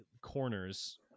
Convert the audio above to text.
corners